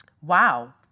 Wow